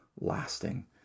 lasting